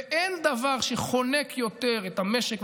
ואין דבר שחונק יותר את המשק,